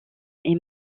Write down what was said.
est